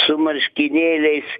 su marškinėliais